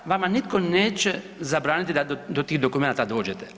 Vama nitko neće zabraniti da do tih dokumenata dođete.